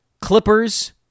Clippers